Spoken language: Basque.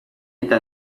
eta